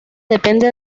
depende